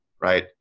right